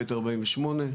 ב/48,